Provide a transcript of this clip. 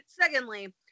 Secondly